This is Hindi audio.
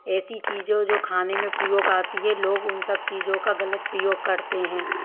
ऐसी चीज हो जो खाने में प्रयोग आती है लोग उन सब चीज़ों का गलत प्रयोग करते हैं